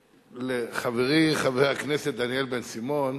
חברי, חבר הכנסת דניאל בן-סימון,